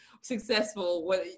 successful